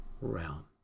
realm